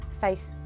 faith